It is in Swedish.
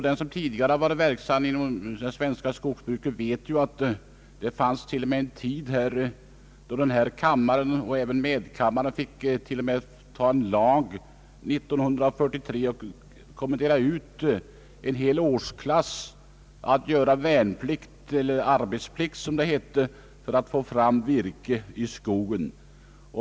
Den som tidigare varit verksam inom det svenska skogsbruket vet ju att det till och med fanns en tid — år 1943 — då denna kammare och medkammaren fick anta en lag som innebar att man kommenderade ut en hel årsklass att göra arbetsplikt, som det hette, för att få fram virke i skogen.